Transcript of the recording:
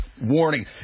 warning